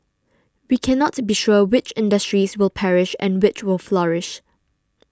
we cannot be sure which industries will perish and which will flourish